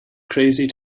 crazy